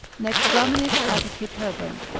nec graminis attigit herbam.